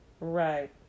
Right